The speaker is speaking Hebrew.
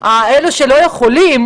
אבל לאלה שלא יכולים